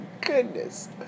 goodness